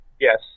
Yes